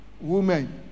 women